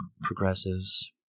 progresses